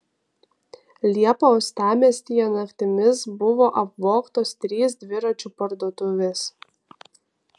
liepą uostamiestyje naktimis buvo apvogtos trys dviračių parduotuvės